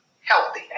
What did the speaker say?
healthy